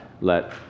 let